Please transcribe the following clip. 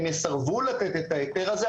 הן יסרבו לתת את ההיתר הזה.